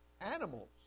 animals